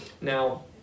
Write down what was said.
now